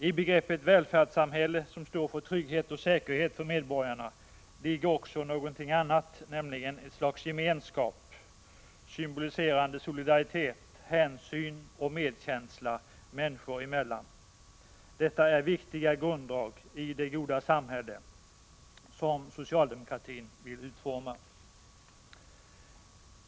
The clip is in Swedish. I begreppet välfärdssamhälle, som står för trygghet och säkerhet för medborgarna, ligger också någonting annat, nämligen ett slags gemenskap, symboliserande solidaritet, hänsyn och medkänsla människor emellan. Detta är viktiga grunddrag i det goda samhälle som socialdemokratin vill utforma.